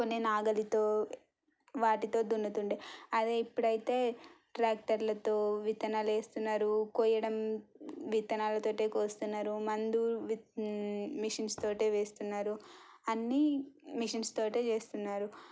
కొన్ని నాగలితో వాటితో దున్నుతుండే అదే ఇప్పుడైతే ట్రాక్టర్లతో విత్తనాలు వేస్తున్నారు కోయడం విత్తనాలతోటే కోస్తున్నారు మందు మిషన్స్తోటే వేస్తున్నారు అన్నీ మెషిన్స్తోటే చేస్తున్నారు